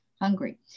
hungry